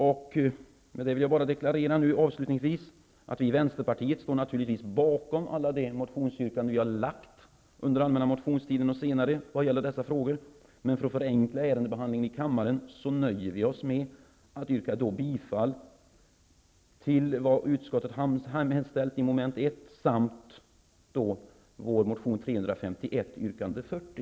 Jag vill avslutningsvis bara deklarera att vi i Vänsterpartiet naturligtvis står bakom alla yrkanden i de motioner vi har väckt under allmänna motionstiden och senare vad gäller dessa frågor, men för att förenkla ärendebehandlingen i kammaren nöjer vi oss med att yrka bifall till vad utskottet har hemställt under mom. 1 samt till vår motion 351, yrkande 40.